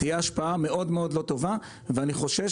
תהיה השפעה מאוד לא טובה ואני חושש